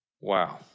Wow